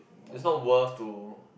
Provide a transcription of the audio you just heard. it's not worth to